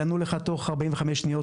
יענו לך תוך 45 שניות.